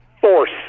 force